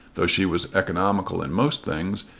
though she was economical in most things,